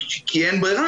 כי אין ברירה,